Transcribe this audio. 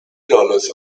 dollars